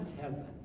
heaven